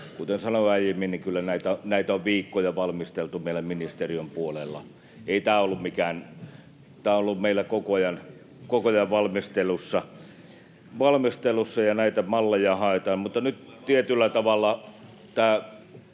Kuten sanoin aiemmin, kyllä näitä on viikkoja valmisteltu meillä ministeriön puolella. Tämä on ollut meillä koko ajan valmistelussa, ja näitä malleja haetaan, mutta nyt tietyllä tavalla tämä